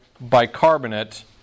bicarbonate